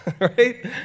right